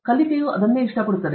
ಕಲಿಕೆಯು ಅದನ್ನೇ ಇಷ್ಟಪಡುತ್ತದೆ